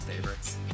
favorites